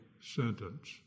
sentence